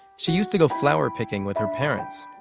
she used to go flower picking with her parents.